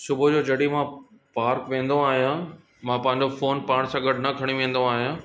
सुबुह जो जॾहिं मां पार्क वेंदो आहियां मां पंहिंजो फ़ोन पाण सां गॾु न खणी वेंदो आहियां